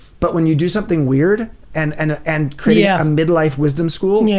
but when you do something weird and and and created a middle life wisdom school, and yeah